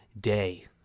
day